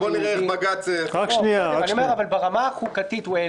בוא נראה איך בג"ץ --- אבל הוא העלה